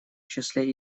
числе